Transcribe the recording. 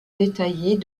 détaillée